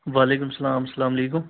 وعلیکُم السلام السلام علیکُم